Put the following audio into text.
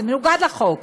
זה מנוגד לחוק.